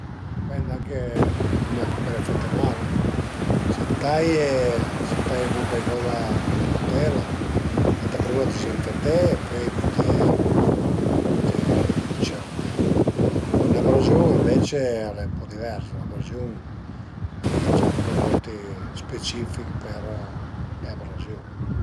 A dipend anche da cume pöle fete mal, se të taie, se taie cun cuaicoza, cun ün cutèl, ëntà prima dizinfeté e pöi büté büté ën cerotin. Üna abraziun ënvece al e ën po divers, üna abraziun a ie gia prodotti specifich per le abraziun